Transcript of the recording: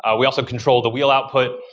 ah we also control the wheel output.